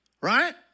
right